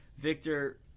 Victor